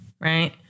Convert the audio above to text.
Right